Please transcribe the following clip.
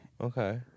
Okay